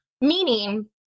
meaning